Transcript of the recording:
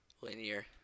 linear